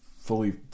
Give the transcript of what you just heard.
fully